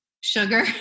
sugar